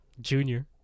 Junior